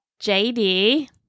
JD